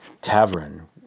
Tavern